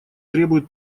требуют